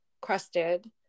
crusted